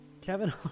Kevin